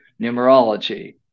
numerology